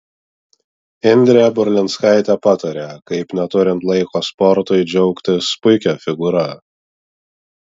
indrė burlinskaitė patarė kaip neturint laiko sportui džiaugtis puikia figūra